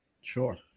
Sure